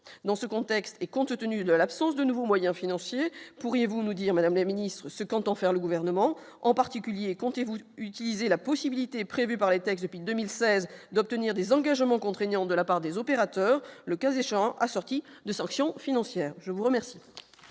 dans ce contexte, et compte tenu de l'absence de nouveaux moyens financiers, pourriez-vous nous dire, Madame le Ministre, ce qu'entend faire le gouvernement en particulier comptez-vous utiliser la possibilité prévue par les textes, puis 2016, d'obtenir des engagements contraignants de la part des opérateurs, le cas échéant, assortie de sanctions financières, je vous remercie.